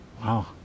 Wow